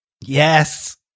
Yes